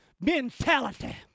mentality